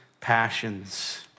passions